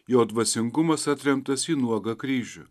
jo dvasingumas atremtas į nuogą kryžių